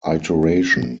iteration